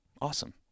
awesome